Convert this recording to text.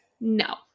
no